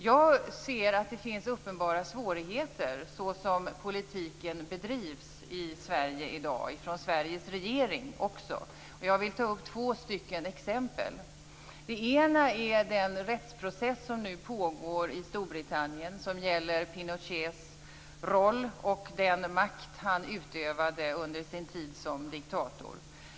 Jag ser att det finns uppenbara svårigheter såsom politiken bedrivs i Sverige i dag, också från Sveriges regering, och jag vill ta upp två exempel. Det ena är den rättsprocess som nu pågår i Storbritannien som gäller Pinochets roll och den makt han utövade under sin tid som diktator.